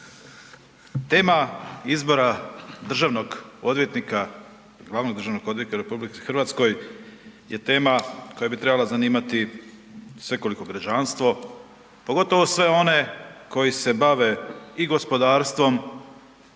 Tema izbora državnog odvjetnika, glavnog državnog odvjetnika u RH je tema koja bi trebala zanimati svekoliko građanstvo, pogotovo sve one koji se bave i gospodarstvom